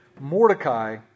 Mordecai